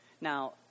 Now